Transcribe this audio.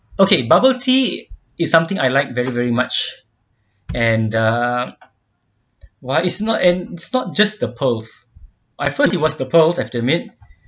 okay bubble tea is something I like very very much and uh while is not and it's not just the pearls at first it was the pearls I have to admit